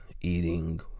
eating